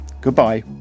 Goodbye